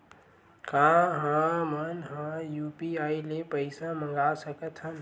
का हमन ह यू.पी.आई ले पईसा मंगा सकत हन?